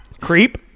Creep